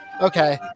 Okay